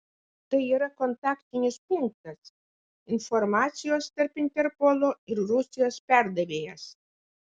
tai yra kontaktinis punktas informacijos tarp interpolo ir rusijos perdavėjas